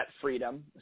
freedom